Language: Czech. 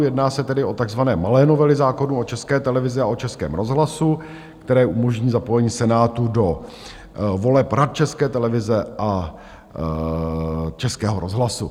Jedná se tedy o takzvané malé novely zákonů o České televizi a o Českém rozhlasu, které umožní zapojení Senátu do voleb Rad České televize a Českého rozhlasu.